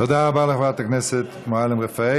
תודה רבה לחברת הכנסת מועלם-רפאלי.